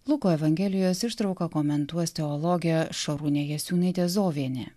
luko evangelijos ištrauką komentuos teologė šarūnė jasiūnaitė zovienė